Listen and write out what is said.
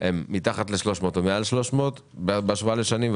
הם מתחת ל-300,000 שקל או מעל 300,000 שקל בהשוואה לשנים,